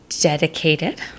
Dedicated